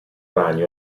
ragno